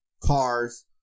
cars